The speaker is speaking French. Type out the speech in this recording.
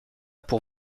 pour